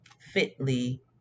fitly